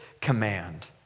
command